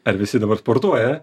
ar visi dabar sportuoja